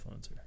influencer